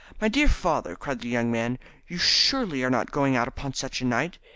my dear father, cried the young man you surely are not going out upon such a night.